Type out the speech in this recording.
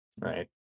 right